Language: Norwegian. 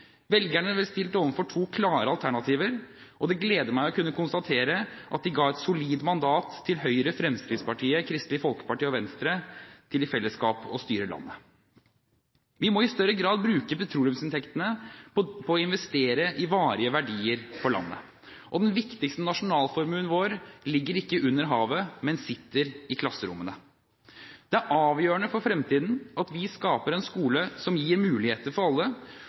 Velgerne ble stilt overfor to klare alternativer, og det gleder meg å kunne konstatere at de ga et solid mandat til Høyre, Fremskrittspartiet, Kristelig Folkeparti og Venstre til i fellesskap å styre landet. Vi må i større grad bruke petroleumsinntektene til å investere i varige verdier for landet, og den viktigste nasjonalformuen vår ligger ikke under havet, men sitter i klasserommene. Det er avgjørende for fremtiden at vi skaper en skole som gir muligheter for alle,